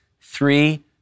three